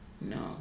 no